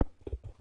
בבקשה.